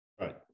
right